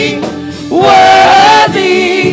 worthy